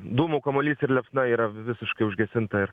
dūmų kamuolys ir liepsna yra visiškai užgesinta ir